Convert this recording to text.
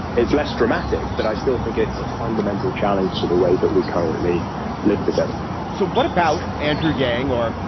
it's less dramatic, but i still think it's a fundamental challenge to the way that we currently live together so what about andrew yang or.